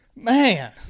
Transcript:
Man